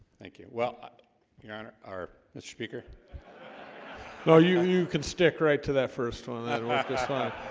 thank you well but your honor our mr. speaker well you you can stick right to that first one that laughter spot?